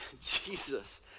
Jesus